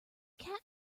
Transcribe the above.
cat